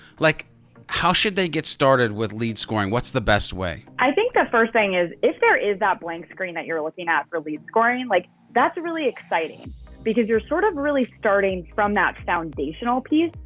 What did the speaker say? like how should they get started with lead scoring? what's the best way i think the first thing is if there is that blank screen that you're looking at for lead scoring like that's really exciting because you're sort of really starting from that foundational piece.